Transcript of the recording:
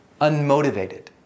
Unmotivated